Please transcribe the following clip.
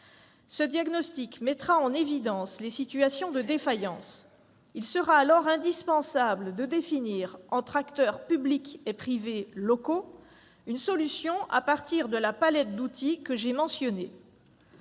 Ce diagnostic mettra en évidence les situations de défaillance. Il sera alors indispensable qu'acteurs publics et privés locaux définissent une solution, à partir de la palette d'outils que j'ai mentionnée.